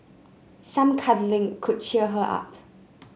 some cuddling could cheer her up